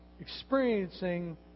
experiencing